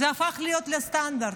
זה הפך להיות סטנדרט.